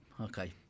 okay